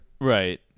right